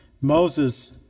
Moses